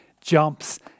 jumps